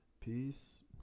Peace